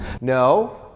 No